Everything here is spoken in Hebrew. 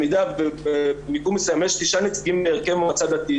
במידה ובמיקום מסוים יש תשעה נציגים להרכב מועצה דתית,